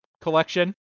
collection